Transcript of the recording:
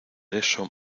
eso